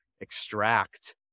extract